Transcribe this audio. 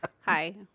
Hi